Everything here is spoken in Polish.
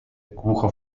głucho